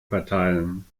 verteilen